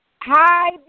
Hi